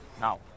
Now